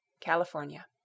California